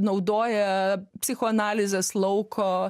naudoja psichoanalizės lauko